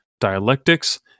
dialectics